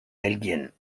belgien